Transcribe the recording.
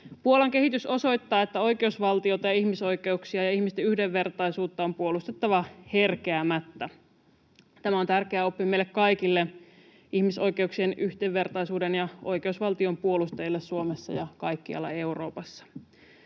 Puolan kehitys osoittaa, että oikeusvaltiota, ihmisoikeuksia ja ihmisten yhdenvertaisuutta on puolustettava herkeämättä. Tämä on tärkeä oppi meille kaikille ihmisoikeuksien, yhdenvertaisuuden ja oikeusvaltion puolustajille Suomessa ja kaikkialla Euroopassa.